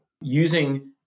using